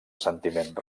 sentiment